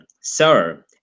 sir